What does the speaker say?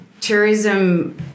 tourism